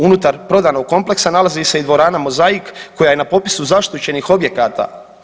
Unutar prodanog kompleksa nalazi se i dvorana Mozaik koja je na popisu zaštićenih objekata.